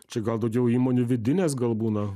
čia gal daugiau įmonių vidinės gal būna